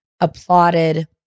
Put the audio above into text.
applauded